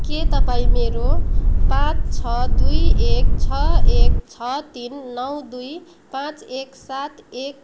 के तपाई मेरो पाँच छ दुई एक छ एक छ तिन नौ दुई पाँच एक सात एक